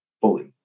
fully